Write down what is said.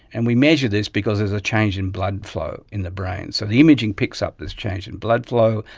and we measure this because there is a change in blood flow in the brain. so the imaging picks up this change in blood flow,